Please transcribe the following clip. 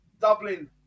dublin